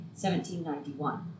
1791